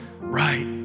right